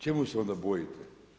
Čemu se onda bojite?